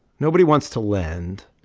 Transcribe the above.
nobody wants to lend.